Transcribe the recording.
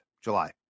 July